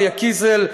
אריה קיזל,